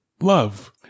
love